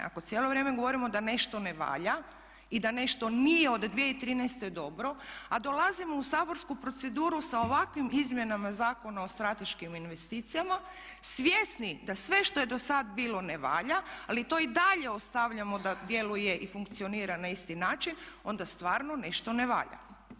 Ako cijelo vrijeme govorimo da nešto ne valja i da nešto nije od 2013.dobro a dolazimo u saborsku proceduru sa ovakvim izmjenama Zakona o strateškim investicijama svjesni da sve što je dosad bilo ne valja, ali to i dalje ostavljamo da djeluje i funkcionira na isti način onda stvarno nešto ne valja.